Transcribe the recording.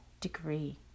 degree